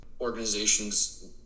organizations